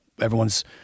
everyone's